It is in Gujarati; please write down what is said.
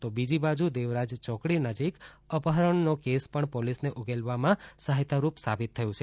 તો બીજી બાજુ દેવરાજ ચોકડી નજીક કિડનેપિંગની ઘટનાનો કેસ પણ પોલિસને ઉકેલવામાં સહાયતારૂપ સાબિત થયું છે